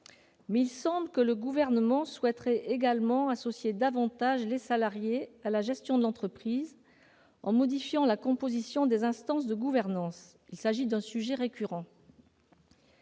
Mais il semble que le Gouvernement souhaiterait également associer davantage les salariés à la gestion de l'entreprise en modifiant la composition des instances de gouvernance. Il s'agit d'un sujet récurrent.